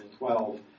2012